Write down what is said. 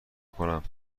کنم